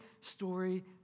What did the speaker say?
story